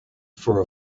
for